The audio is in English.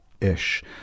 ish